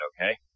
okay